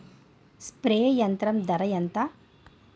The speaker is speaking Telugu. స్ప్రే యంత్రం ధర ఏంతా?